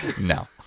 No